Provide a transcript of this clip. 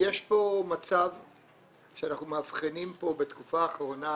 יש פה מצב שאנחנו מאבחנים בתקופה האחרונה,